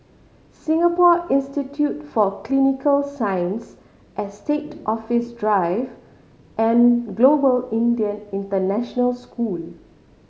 Singapore Institute for Clinical Sciences Estate Office Drive and Global Indian International School